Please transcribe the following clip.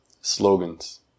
slogans